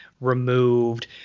removed